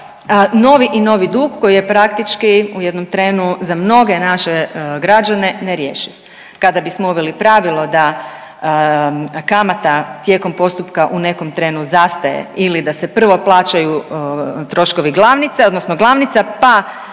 novi i novi dug koji je praktički u jednom trenu za mnoge naše građane nerješiv. Kada bismo uveli pravilo da kamata tijekom postupka u nekom trenu zastaje ili da se prvo plaćaju troškovi glavnice, odnosno glavnica, pa